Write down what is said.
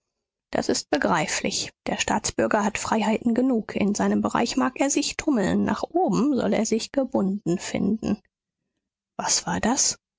das ist begreiflich der staatsbürger hat freiheiten genug in seinem bereich mag er sich tummeln nach oben soll er sich gebunden finden was war das